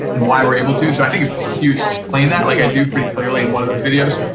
and why we're able to, so i think if you explain that like i do, pretty clearly, in one of those videos.